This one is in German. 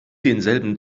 denselben